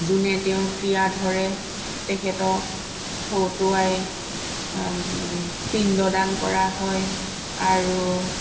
যোনে তেওঁৰ ক্ৰিয়া ধৰে তেখেতক হতুৱাই পিণ্ড দান কৰা হয় আৰু